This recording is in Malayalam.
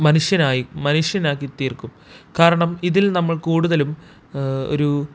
മനുഷ്യനായി മനുഷ്യനാക്കി തീർക്കും കാരണം ഇതിൽ നമ്മൾ കൂടുതലും ഒരു